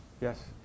yes